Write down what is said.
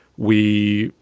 we.